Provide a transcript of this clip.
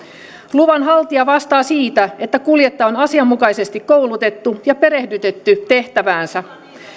luvanhaltija vastaa siitä että kuljettaja on asianmukaisesti koulutettu ja perehdytetty tehtäväänsä